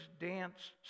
danced